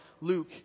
Luke